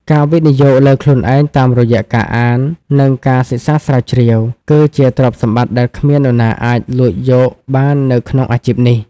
ការវិនិយោគលើខ្លួនឯងតាមរយៈការអាន និងការសិក្សាស្រាវជ្រាវ គឺជាទ្រព្យសម្បត្តិដែលគ្មាននរណាអាចលួចយកបាននៅក្នុងអាជីពនេះ។